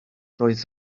roedd